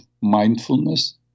mindfulness